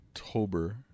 October